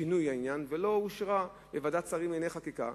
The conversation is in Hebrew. לשינוי העניין ולא אושרה בוועדת שרים לענייני חקיקה.